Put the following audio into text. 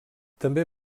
també